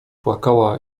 płakała